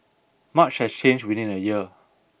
much has changed within a year